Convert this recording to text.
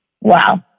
Wow